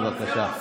בבקשה.